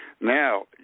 Now